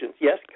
yes